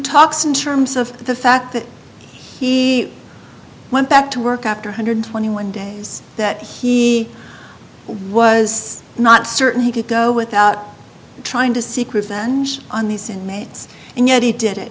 talks in terms of the fact that he went back to work after hundred twenty one days that he was not certain he could go without trying to seek revenge on these inmates and yet he did it